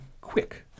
quick